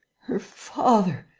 her father.